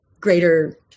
greater